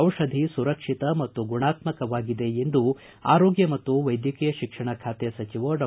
ಚಿಷಧಿ ಸುರಕ್ಷಿತ ಮತ್ತು ಗುಣಾತ್ಮಕವಾಗಿದೆ ಎಂದು ಆರೋಗ್ಯ ಮತ್ತು ವೈದ್ಯಕೀಯ ಶಿಕ್ಷಣ ಖಾತೆ ಸಚಿವ ಡಾ